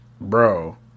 Bro